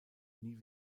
nie